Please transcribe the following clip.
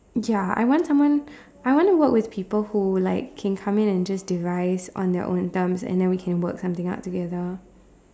ya I want someone I want to work with people who like can come in and just derive on their own terms and then we can work something out together